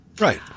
Right